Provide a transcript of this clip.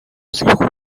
zéro